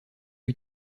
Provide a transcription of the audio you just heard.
pas